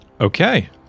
Okay